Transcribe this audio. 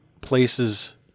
places